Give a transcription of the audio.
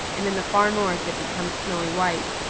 and in the far north it becomes snowy white.